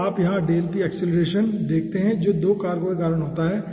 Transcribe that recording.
तो यहां आप देखते हैं जो 2 कारकों के कारण होगा